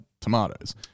tomatoes